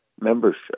membership